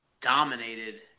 dominated